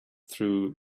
through